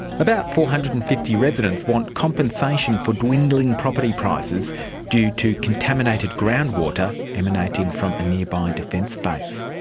about four hundred and fifty residents want compensation for dwindling property prices due to contaminated groundwater emanating from a nearby defence base.